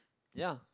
ya